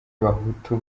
abahutu